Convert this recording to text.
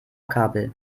kabel